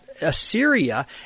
Assyria